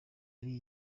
ari